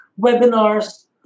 webinars